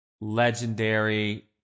Legendary